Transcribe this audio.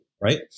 right